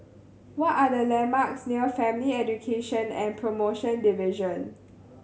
what are the landmarks near Family Education and Promotion Division